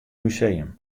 museum